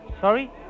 Sorry